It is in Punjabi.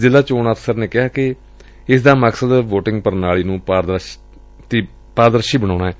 ਜ਼ਿਲ੍ਹਾ ਚੋਣ ਅਫਸਰ ਨੇ ਕਿਹਾ ਕਿ ਇਸਦਾ ਮਕਸਦ ਵੋਟਿੰਗ ਪ੍ਰਣਾਲੀ ਵਿਚ ਪਾਰਦਰਸ਼ਤਾ ਲਿਆਉਣ ਏ